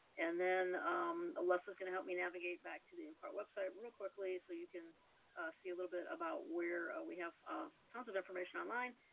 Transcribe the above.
and then um les is going to help me navigate back to the mpart website real quickly so you can see a little bit about where we have ah tons of information online,